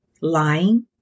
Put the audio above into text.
lying